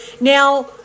Now